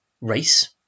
race